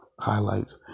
highlights